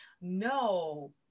No